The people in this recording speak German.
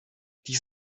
dies